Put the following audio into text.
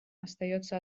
остается